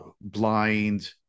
blind